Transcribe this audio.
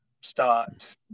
start